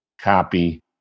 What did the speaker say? copy